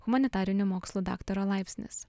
humanitarinių mokslų daktaro laipsnis